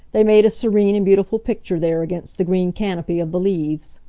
they made a serene and beautiful picture there against the green canopy of the leaves.